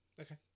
Okay